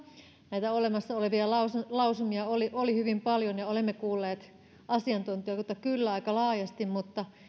näitä olemassa olevia lausumia lausumia oli oli hyvin paljon ja olemme kuulleet asiantuntijoita kyllä aika laajasti mutta